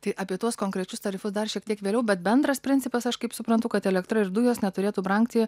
tai apie tuos konkrečius tarifus dar šiek tiek vėliau bet bendras principas aš kaip suprantu kad elektra ir dujos neturėtų brangti